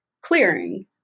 clearing